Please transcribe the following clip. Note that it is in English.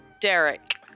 Derek